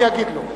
אני אגיד לו.